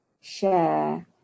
share